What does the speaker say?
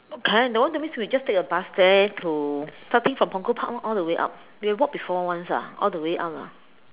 okay no one tell me so we just take a bus there to starting from Punggol Park lor all the way up we got walk before once ah all the way up lah